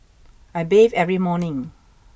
I bathe every morning